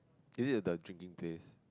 is it the drinking place